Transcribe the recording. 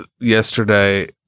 yesterday